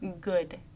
good